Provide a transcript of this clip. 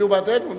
הצביעו בעדנו?